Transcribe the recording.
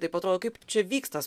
taip atrodo kaip čia vyks tas